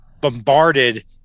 bombarded